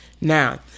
Now